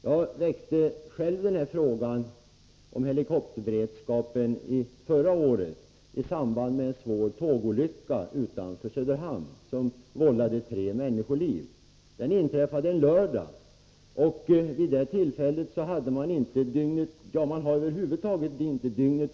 Jag väckte frågan om vår helikopterberedskap förra året i samband med en svår tågolycka utanför Söderhamn som kostade tre människoliv. Olyckan inträffade en lördag, och vid det tillfället hade man inte dygnet-runt-beredskap med helikopter.